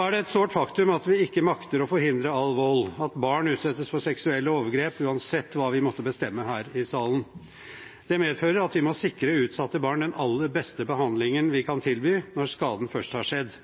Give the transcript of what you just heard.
er et sårt faktum at vi ikke makter å forhindre all vold – at barn utsettes for seksuelle overgrep uansett hva vi måtte bestemme her i salen. Det medfører at vi må sikre utsatte barn den aller beste behandlingen vi kan tilby, når skaden først har skjedd.